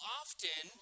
often